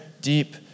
deep